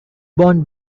bond